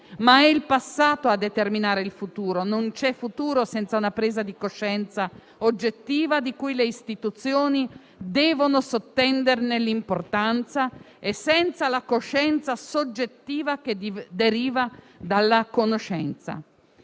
ma è il passato a determinare il futuro, non c'è futuro senza una presa di coscienza oggettiva, di cui le istituzioni devono sottenderne l'importanza, e senza la coscienza soggettiva che deriva dalla conoscenza.